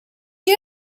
you